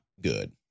good